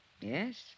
Yes